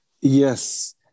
Yes